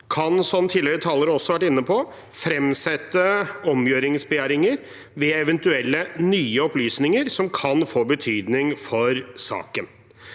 på, fremsette omgjøringsbegjæringer ved eventuelle nye opplysninger som kan få betydning for saken.